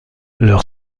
leur